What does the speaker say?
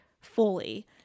fully